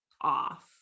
off